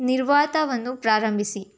ನಿರ್ವಾತವನ್ನು ಪ್ರಾರಂಭಿಸಿ